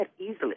easily